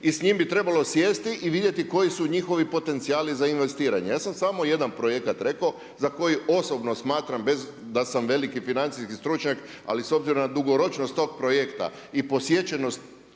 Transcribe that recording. i s njim bi trebalo sjesti i vidjeti koji su njihovi potencijali za investiranje. Ja sam samo jedan projekat rekao za koji osobno smatram bez da sam veliki financijski stručnjak, ali s obzirom na dugoročnost tog projekta i posjećenost